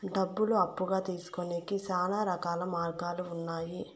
డబ్బులు అప్పుగా తీసుకొనేకి శ్యానా రకాల మార్గాలు ఉన్నాయి